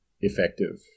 effective